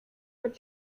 hat